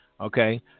Okay